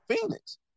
Phoenix